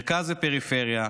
מרכז ופריפריה,